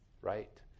right